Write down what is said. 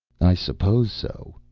i suppose so,